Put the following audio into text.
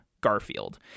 Garfield